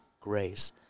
grace